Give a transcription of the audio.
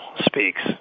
speaks